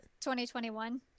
2021